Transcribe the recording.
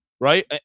Right